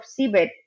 seabed